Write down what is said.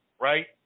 right